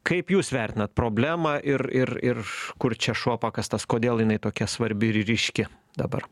kaip jūs vertinat problemą ir ir ir kur čia šuo pakastas kodėl jinai tokia svarbi ir ryški dabar